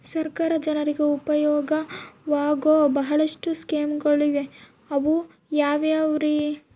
ಸರ್ಕಾರ ಜನರಿಗೆ ಉಪಯೋಗವಾಗೋ ಬಹಳಷ್ಟು ಸ್ಕೇಮುಗಳಿವೆ ಅವು ಯಾವ್ಯಾವ್ರಿ?